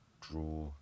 draw